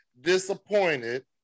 disappointed